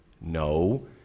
No